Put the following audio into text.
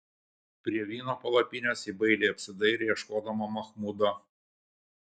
prie vyno palapinės ji bailiai apsidairė ieškodama machmudo